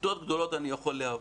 בכיתות הגבוהות, אני יכול להבין.